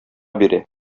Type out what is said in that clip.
бирә